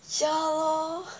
ya lor